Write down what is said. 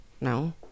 No